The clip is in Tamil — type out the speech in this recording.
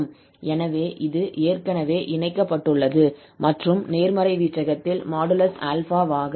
எனவே இது ஏற்கனவே இணைக்கப்பட்டுள்ளது மற்றும் நேர்மறை வீச்சகத்தில் |𝛼| ஆக இருக்கும்